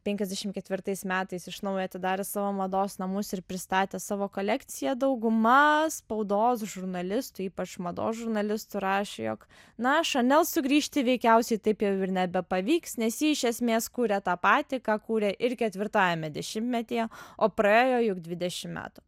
penkiasdešim ketvirtais metais iš naujo atidarė savo mados namus ir pristatė savo kolekciją dauguma spaudos žurnalistų ypač mados žurnalistų rašė jog na chanel sugrįžti veikiausiai taip jau ir nebepavyks nes ji iš esmės kuria tą patį ką kūrė ir ketvirtajame dešimtmetyje o praėjo jau dvidešim metų